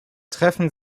treffen